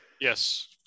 yes